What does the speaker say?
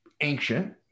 ancient